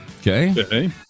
okay